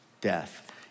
death